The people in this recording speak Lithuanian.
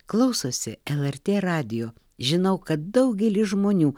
klausosi lrt radijo žinau kad daugelis žmonių